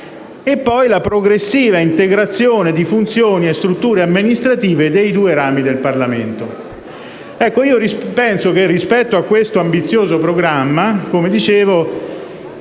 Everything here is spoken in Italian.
luogo, la progressiva integrazione di funzioni e strutture amministrative dei due rami del Parlamento.